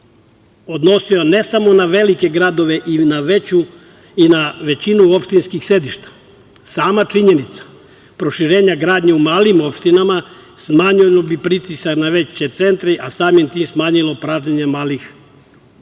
odnosio ne samo na velike gradove i na većinu opštinskih sedišta. Sama činjenica proširenja gradnje u malim opštinama smanjila bi pritisak na veće centre, a samim tim, smanjilo pražnjenje malih opština. Ako